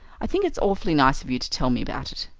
i think it's awfully nice of you to tell me about it.